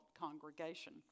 congregation